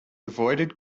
avoided